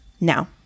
Now